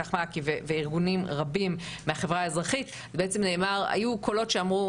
ואיתך מעכי וארגונים רבים מהחברה האזרחית היו קולות שאמרו,